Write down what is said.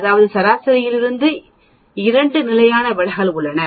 அதாவது சராசரியிலிருந்து 2 நிலையான விலகல்கள் உள்ளன